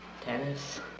tennis